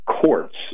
courts